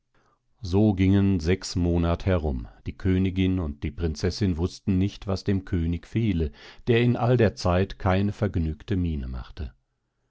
so gingen sechs monat herum die königin und die prinzessin wußten nicht was dem könig fehle der in all der zeit keine vergnügte miene machte